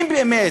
אם באמת,